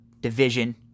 Division